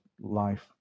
life